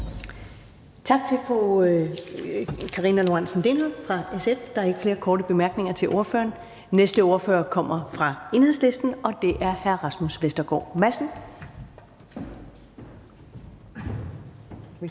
Tak til fru Karina Lorentzen Dehnhardt fra SF. Der er ikke flere korte bemærkninger til ordføreren. Næste ordfører kommer fra Enhedslisten, og det er hr. Rasmus Vestergaard Madsen.